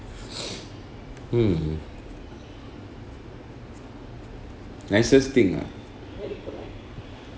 hmm nicest thing ah